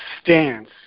stance